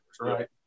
right